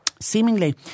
seemingly